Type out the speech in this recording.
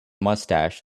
mustache